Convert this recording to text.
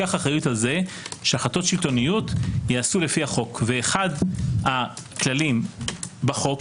אחריות על כך שהחלטות שלטוניות ייעשו לפי החוק ואחד הכללים בחוק,